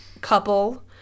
couple